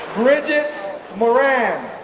bridgett moran